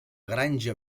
granja